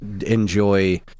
enjoy